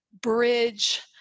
bridge